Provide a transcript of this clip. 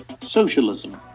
Socialism